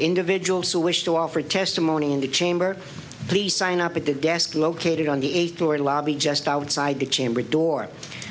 individuals who wish to offer testimony in the chamber please sign up at the desk located on the eighth floor lobby just outside the chamber door